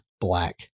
black